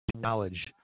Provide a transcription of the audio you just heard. knowledge